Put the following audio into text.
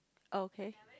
okay